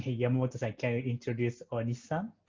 ah yamamoto-san can you introduce onishi-san?